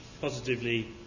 positively